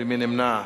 ומי נמנע?